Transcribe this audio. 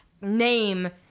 name